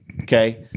Okay